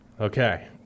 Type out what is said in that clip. Okay